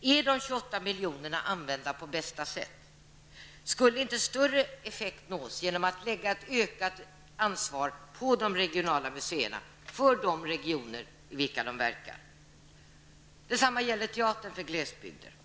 Är de 28 miljonerna använda på bästa sätt? Skulle inte större effekt uppnås genom att lägga ett ökat ansvar på de regionala museerna för de regioner i vilka de verkar? Detsamma gäller teater för glesbygder.